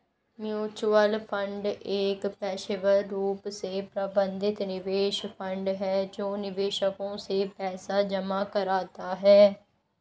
mutual fund एक पेशेवर रूप से प्रबंधित निवेश फंड है जो निवेशकों से पैसा जमा कराता है